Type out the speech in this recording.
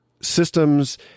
systems